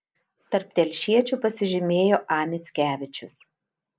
tarp telšiečių pasižymėjo a mickevičius